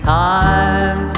time